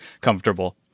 comfortable